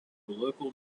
local